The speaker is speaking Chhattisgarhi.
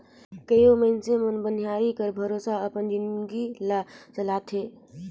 कइयो मइनसे मन बनिहारी कर भरोसा अपन जिनगी ल चलाथें